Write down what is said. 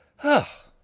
ha!